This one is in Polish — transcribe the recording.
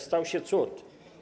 Stał się cud.